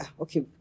Okay